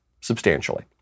substantially